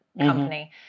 company